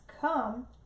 come